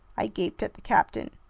i gaped at the captain.